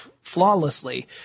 flawlessly